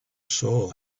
soul